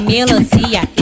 Melancia